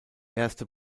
erste